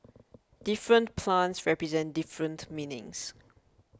different plants represent different meanings